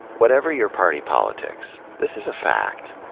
whatever your party politics, this is a fact.